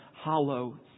hollow